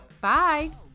Bye